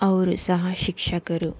ಅವರು ಸಹ ಶಿಕ್ಷಕರು